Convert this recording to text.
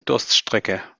durststrecke